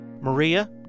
Maria